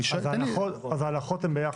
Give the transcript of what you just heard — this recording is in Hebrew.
אז ההנחות הן ביחד.